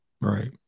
Right